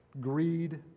Greed